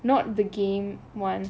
not the game one